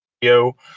yo